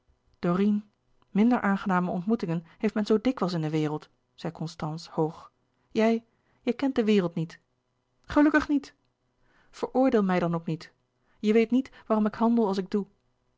dorine minder aangename ontmoetingen heeft men zoo dikwijls in de wereld zei louis couperus de boeken der kleine zielen constance hoog jij jij kent de wereld niet gelukkig niet veroordeel mij dan ook niet je weet niet waarom ik handel als ik doe